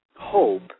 hope